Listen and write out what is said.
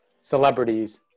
celebrities